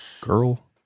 girl